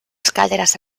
escaleras